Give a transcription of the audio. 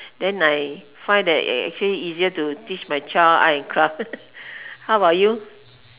then I find that ac~ actually easier to teach my child art and craft how about you